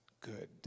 good